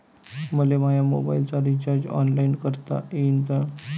मले माया मोबाईलचा रिचार्ज ऑनलाईन करता येईन का?